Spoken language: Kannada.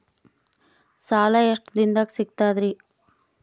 ಸಾಲಾ ಎಷ್ಟ ದಿಂನದಾಗ ಸಿಗ್ತದ್ರಿ?